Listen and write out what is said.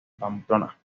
pamplona